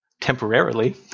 temporarily